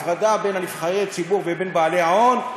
הפרדה בין נבחרי ציבור ובין בעלי ההון.